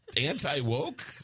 anti-woke